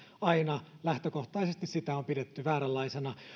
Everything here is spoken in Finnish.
aina lähtökohtaisesti pidetty vääränlaisena